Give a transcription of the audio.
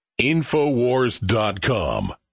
InfoWars.com